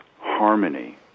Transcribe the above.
harmony